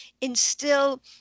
instill